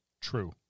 True